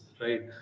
right